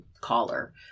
caller